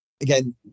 Again